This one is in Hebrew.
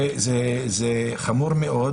זה חמור מאוד.